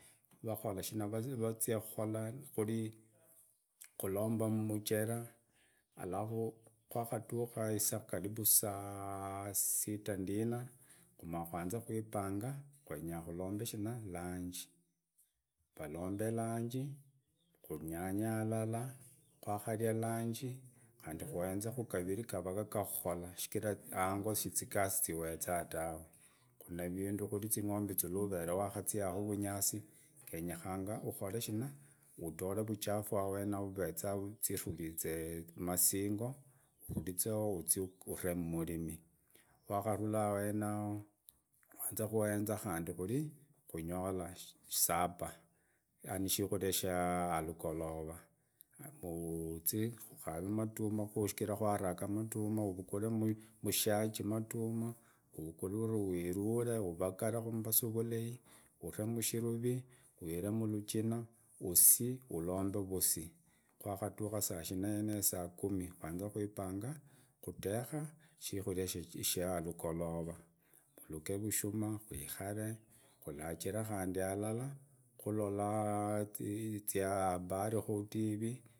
Lwakhola shina khola vazya khola kurii khulomba mmjeraa alafu wakadukha isaa karibu saa situ ndina kumakwanze kwipanga kwenya klulombe shina lanji, valombe lanji kunyanye alalaa kwakaria lanji khandi kwenze kugariri gavage ga kukhola shingira hango shichikai shichiwezao dawe. Khuri na vindu khuri zing'ombe luvere wakazyakhu vunyasi genyekhanga ukoree shina udoree vuchafu awenao wi ivezaa iluritsi masingo. uliritzeo uzii uree mmurimi wakharula awengo, waanze kuenza khandi unyora super yaanii shikuria shaa alugolopa; uzii ukaree maduma shikiraa kwaraka madamu uvukule maashagi maduma, uvukulee uwiruree, uvagaree kuumbasu vulai, uree mushirurii, uivee muluchina usii ulombe vusii, kwagadhuka saa shinayeneyo saa kumi, kwanze kwipanga kudeghe shikuria sha aligolora, muluge rushuma, kwikhalee, kulachiree khandi alalaa, kulolaa zyabari kuutivi.